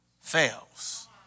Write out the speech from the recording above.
fails